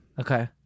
Okay